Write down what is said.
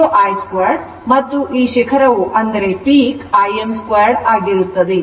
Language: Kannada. ಇದು i2 ಮತ್ತು ಈ ಶಿಖರವು Im2 ಆಗಿರುತ್ತದೆ